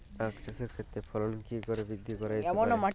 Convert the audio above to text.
আক চাষের ক্ষেত্রে ফলন কি করে বৃদ্ধি করা যেতে পারে?